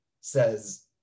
says